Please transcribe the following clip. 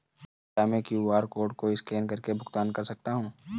क्या मैं QR code को स्कैन करके भुगतान कर सकता हूं?